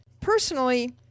Personally